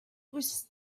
was